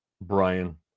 Brian